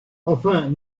enfin